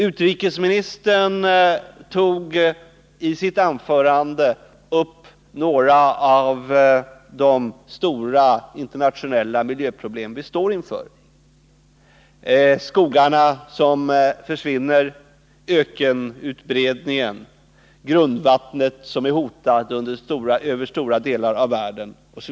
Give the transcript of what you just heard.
Utrikesministern tog i sitt anförande upp några av de stora internationella miljöproblem vi står inför — skogarna som försvinner, ökenutbredningen och grundvattnet, som är hotat över stora delar av världen.